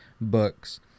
books